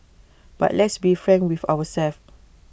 but let's be frank with ourselves